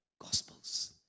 Gospels